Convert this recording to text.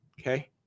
okay